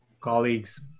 colleagues